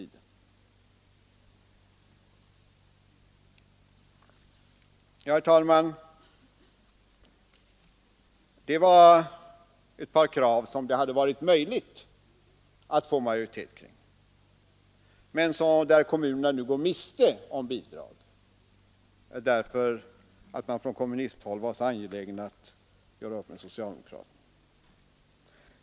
Herr talman! Detta är ett par krav som det hade varit möjligt att få majoritet kring, men nu går kommunerna miste om bidrag därför att man från kommunisthåll var så angelägen om att göra upp med socialdemokraterna.